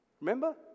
Remember